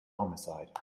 homicide